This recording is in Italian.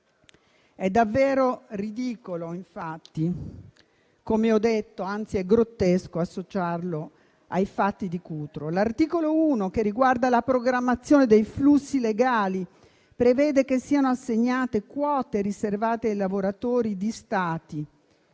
È davvero ridicolo, anzi grottesco, associare il provvedimento ai fatti di Cutro. L'articolo 1, che riguarda la programmazione dei flussi legali, prevede che siano assegnate quote riservate ai lavoratori di Stati